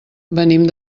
venim